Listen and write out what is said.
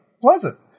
pleasant